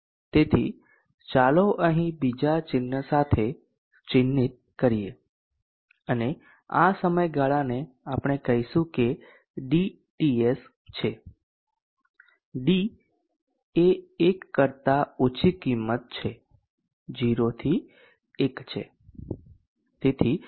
તેથી ચાલો અહીં બીજા ચિહ્ન સાથે ચિહ્નિત કરીએ અને આ સમયગાળાને આપણે કહીશું કે dTS છે d એ 1 કરતા ઓછી કિંમત છે 0 થી 1 છે